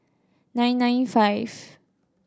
nine nine five